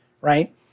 right